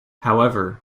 however